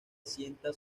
asienta